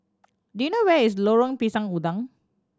do you know where is Lorong Pisang Udang